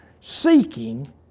seeking